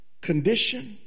condition